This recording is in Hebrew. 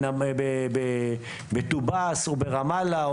או ברמאללה,